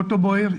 אוטו בוער,